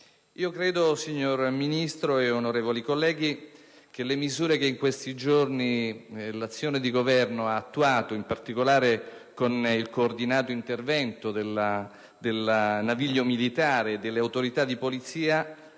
Io credo, signor Ministro e onorevoli colleghi, che le misure che in questi giorni l'azione di Governo ha adottato, in particolare con il coordinato intervento del naviglio militare e delle autorità di polizia,